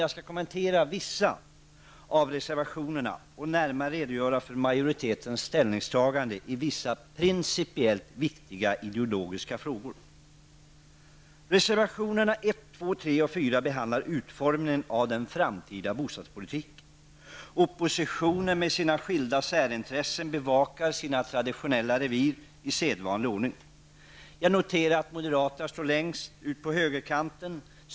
Jag skall kommentera vissa av reservationerna och närmare redogöra för majoritetens ställningstaganden i vissa principiellt viktiga ideologiska frågor. Oppositionen med sina skilda särintressen bevakar i sedvanlig ordning sina traditionella revir. Jag noterar att moderaterna står längst ut på högerkanten.